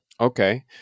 Okay